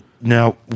now